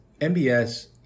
MBS